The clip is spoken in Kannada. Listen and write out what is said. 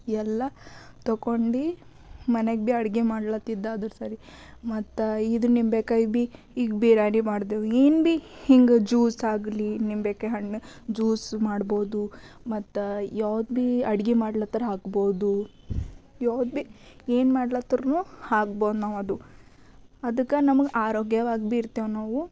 ಎಲ್ಲ ತೊಗೊಂಡು ಮನೆಗೆ ಭೀ ಅಡ್ಗೆ ಮಾಡುತ್ತಿದ್ದಾದ್ರು ಸರಿ ಮತ್ತು ಇದು ನಿಂಬೆಕಾಯಿ ಭೀ ಈಗ ಬಿರ್ಯಾನಿ ಮಾಡ್ದೇವು ಏನು ಬಿ ಹಿಂಗೆ ಜ್ಯೂಸ್ ಆಗಲಿ ನಿಂಬೆಕಾಯಿ ಹಣ್ಣು ಜ್ಯೂಸ್ ಮಾಡ್ಬೋದು ಮತ್ತು ಯಾವ್ದು ಭೀ ಅಡ್ಗೆ ಮಾಡ್ಲಾತ್ತರ ಹಾಕ್ಬೋದು ಯಾವ್ದು ಭೀ ಏನು ಮಾಡ್ಲತರ್ನು ಹಾಕ್ಬೋದು ನಾವು ಅದು ಅದಕ್ಕೆ ನಮ್ಗೆ ಆರೋಗ್ಯವಾಗಿ ಭೀ ಇರ್ತೇವೆ ನಾವು